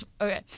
Okay